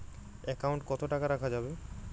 Account কত টাকা রাখা যাবে?